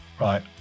Right